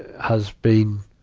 has been